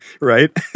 Right